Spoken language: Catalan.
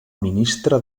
ministre